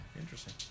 interesting